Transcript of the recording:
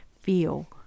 feel